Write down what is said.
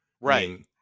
Right